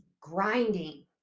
grinding